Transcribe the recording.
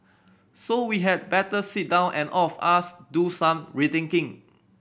so we had better sit down and all of us do some rethinking